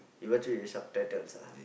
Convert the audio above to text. you watch it with subtitles ah